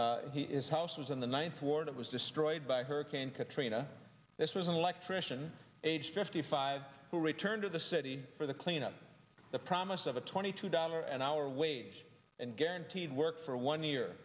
hurricane he is house was in the ninth ward it was destroyed by hurricane katrina this was an electrician aged fifty five who returned to the city for the cleanup the promise of a twenty two dollars an hour wage and guaranteed work for one year